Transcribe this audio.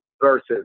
versus